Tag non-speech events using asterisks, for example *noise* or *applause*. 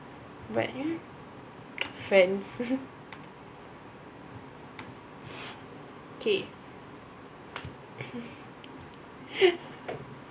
like friends k *breath*